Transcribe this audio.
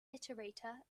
iterator